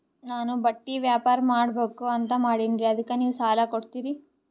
ನಾನು ಬಟ್ಟಿ ವ್ಯಾಪಾರ್ ಮಾಡಬಕು ಅಂತ ಮಾಡಿನ್ರಿ ಅದಕ್ಕ ನೀವು ಸಾಲ ಕೊಡ್ತೀರಿ?